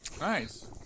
Nice